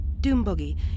Doombuggy